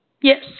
Yes